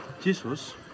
Jesus